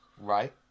Right